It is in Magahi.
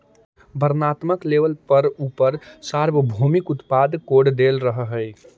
वर्णात्मक लेबल पर उपर सार्वभौमिक उत्पाद कोड देल रहअ हई